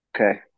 Okay